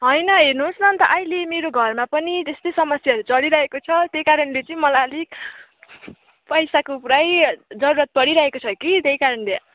होइन हेर्नुहोस् न अन्त अहिले मेरो घरमा पनि त्यस्तै समस्याहरू चलिरहेको छ त्यही कारणले चाहिँ मलाई अलिक पैसाको पुरै जरुरत परिरहेको छ कि त्यही कारणले